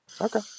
Okay